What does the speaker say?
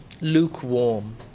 lukewarm